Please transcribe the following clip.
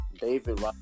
David